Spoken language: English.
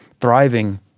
thriving